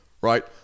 Right